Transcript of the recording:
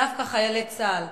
דווקא חיילי צה"ל,